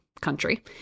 country